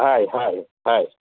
हय हय हय